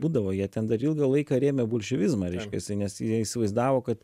būdavo jie ten dar ilgą laiką rėmė bolševizmą reiškiasi nes jie įsivaizdavo kad